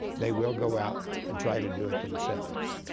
they will go out and try to do it themselves.